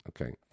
Okay